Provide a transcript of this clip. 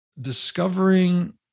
discovering